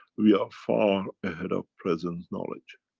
we are far ahead of present knowledge,